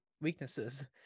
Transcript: weaknesses